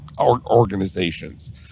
organizations